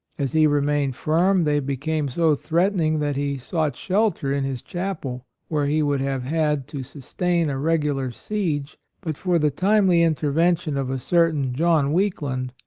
as he remained firm, they became so threatening that he sought shelter in his chapel, where he would have had to sustain a regular siege but for the timely intervention of a certain john weakland,